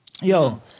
Yo